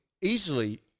easily